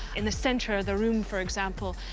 in the center of the room, for example,